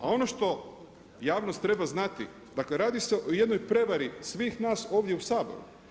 A ono što javnost treba znati, dakle radi se o jednoj prevari svih nas ovdje u Saboru.